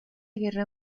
guerra